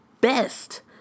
best